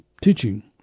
teaching